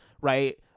right